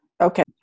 okay